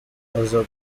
aza